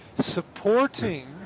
supporting